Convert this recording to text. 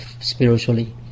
spiritually